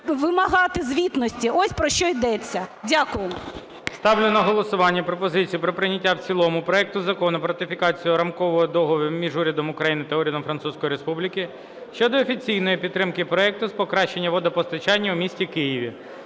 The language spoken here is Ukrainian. вимагати звітності. Ось про що йдеться. Дякую. ГОЛОВУЮЧИЙ. Ставлю на голосування пропозицію про прийняття в цілому проекту Закону про ратифікацію Рамкового договору між Урядом України та Урядом Французької Республіки щодо офіційної підтримки проекту з покращення водопостачання у місті Києві